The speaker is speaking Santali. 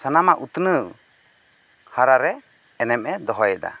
ᱥᱟᱱᱟᱢᱟᱜ ᱩᱛᱱᱟᱹᱣ ᱦᱟᱨᱟ ᱨᱮ ᱮᱱᱮᱢ ᱮ ᱫᱚᱦᱚᱭ ᱮᱫᱟ